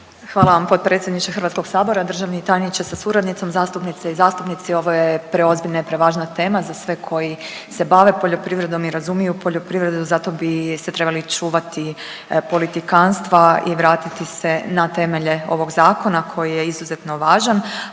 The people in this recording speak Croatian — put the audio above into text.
Hvala vam potpredsjedniče Hrvatskog sabora. Državni tajniče sa suradnicom, zastupnice i zastupnici ovo je preozbiljna i prevažna tema za sve koji se bave poljoprivrednom i razumiju poljoprivredu zato bi se trebali čuvati politikantstva i vratiti se na temelje ovog zakona koji je izuzetno važan,